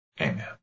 Amen